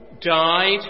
died